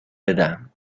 بدم